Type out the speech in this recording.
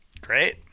Great